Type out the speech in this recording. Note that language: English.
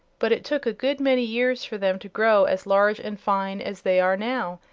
but it took a good many years for them to grow as large and fine as they are now.